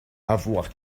avoir